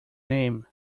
name